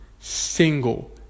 single